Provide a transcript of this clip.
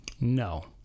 No